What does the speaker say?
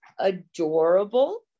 adorable